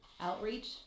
outreach